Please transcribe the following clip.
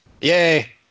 Yay